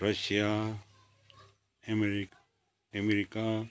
Russia एमेरिकअमेरिका